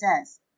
says